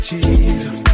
Jesus